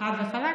חד וחלק?